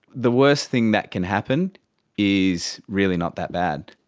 the worst thing that can happen is really not that bad.